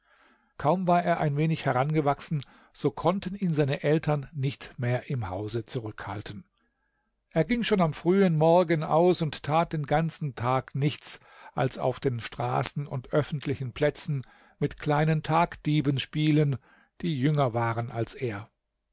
kaum war er ein wenig herangewachsen so konnten ihn seine eltern nicht mehr im hause zurückhalten er ging schon am frühen morgen aus und tat den ganzen tag nichts als auf den straßen und öffentlichen plätzen mit kleinen tagdieben spielen die jünger waren als er